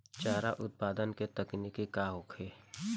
चारा उत्पादन के तकनीक का होखे?